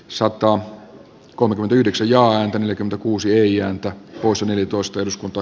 sato kolmekymmentäyhdeksän ja yli kuusi ja antaa osan eli toista eduskunta